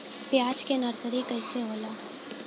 प्याज के नर्सरी कइसे होला?